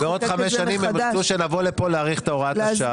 ועוד חמש שנים הם ירצו שנבוא לפה להאריך את הוראת השעה.